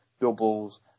doubles